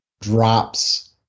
drops